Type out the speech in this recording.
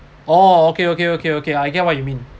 oh okay okay okay okay I get what you mean